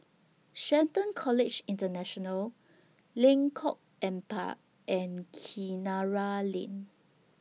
Shelton College International Lengkok Empat and Kinara Lane